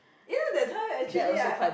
you know that time actually I